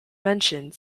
mentioned